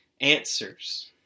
answers